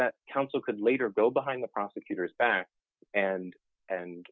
that counsel could later go behind the prosecutor's back and and